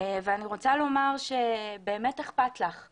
אנחנו יודעים שבעבירות הונאה,